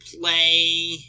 play